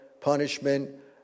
punishment